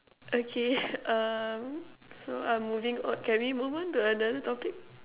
okay um so I'm moving on can we move on to another topic